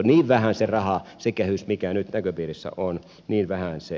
niin vähään se raha se kehys mikä nyt näköpiirissä on riittää